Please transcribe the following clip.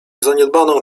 zaniedbaną